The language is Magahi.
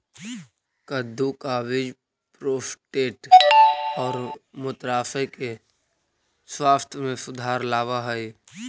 कद्दू का बीज प्रोस्टेट और मूत्राशय के स्वास्थ्य में सुधार लाव हई